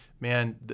man